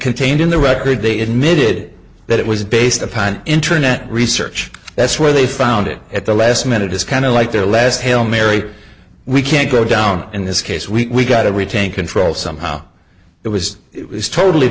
contained in the record they admitted that it was based upon internet research that's where they found it at the last minute it's kind of like their last hail mary we can't go down in this case we got to retain control somehow it was it was totally